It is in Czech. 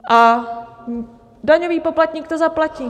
A daňový poplatník to zaplatí.